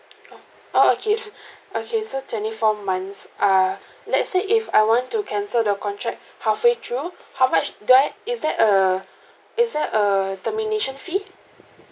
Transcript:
oh orh okay okay so twenty four months err let's say if I want to cancel the contract halfway through how much do I is there a is there a termination fee